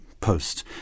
post